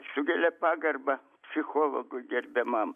sukelia pagarbą psichologui gerbiamam